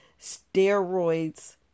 steroids